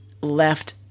left